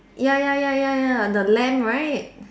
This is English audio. ya ya ya ya ya the lamp right